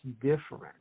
different